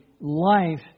life